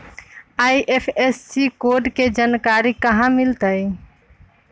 IFSC code के जानकारी कहा मिलतई